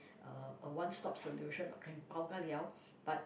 uh a one stop solution can pau-ka-liao but